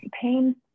pain